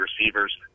receivers